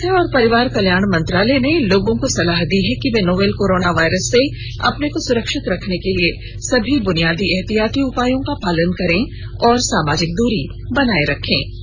स्वास्थ्य और परिवार कल्याण मंत्रालय ने लोगों को सलाह दी है कि वे नोवल कोरोना वायरस से अपने को सुरक्षित रखने के लिए सभी बुनियादी एहतियाती उपायों का पालन करें और सामाजिक दूरी बनाए रखें